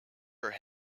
her